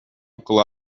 кыла